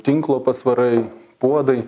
tinklo pasvarai puodai